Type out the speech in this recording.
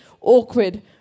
awkward